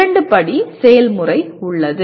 இரண்டு படி செயல்முறை உள்ளது